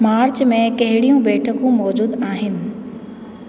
मार्च में कहिड़ियूं बैठकूं मौजूदु आहिनि